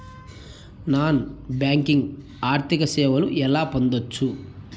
Non banking ఆర్థిక సేవలు ఎలా పొందొచ్చు?